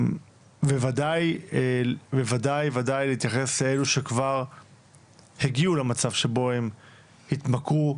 וודאי ודאי להתייחס לאלו שכבר הגיעו למצב שבו הם התמכרו,